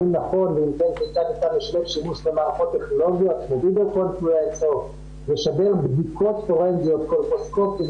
האם נכון לעשות שימוש במערכות טכנולוגיות לשלב בדיקות פורנזיות --- כדי